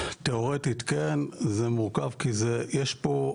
תיאורטית כן, זה מורכב, כי יש פה,